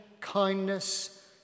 kindness